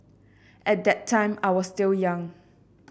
at that time I was still young